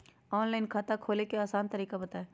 Online खाता खोले के आसान तरीका बताए?